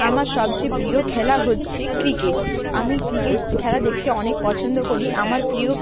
আমার সবচেয়ে প্রিয় খেলা হচ্ছে ক্রিকেট আমি ক্রিকেট খেলা দেখতে অনেক পছন্দ করি আমার প্রিয়